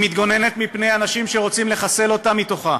היא מתגוננת מפני אנשים שרוצים לחסל אותה מתוכה,